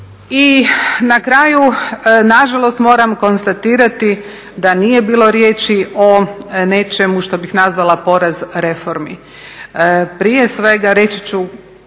I na kraju, nažalost moram konstatirati da nije bilo riječi o nečemu što bih nazvala poraz reformi. Prije svega reći ću